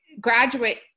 graduate